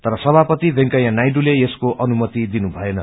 तर सभापति वेंकैया नायडूले यसको अनुमति दिनुभएन